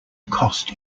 cost